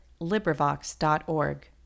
LibriVox.org